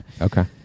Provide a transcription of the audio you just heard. okay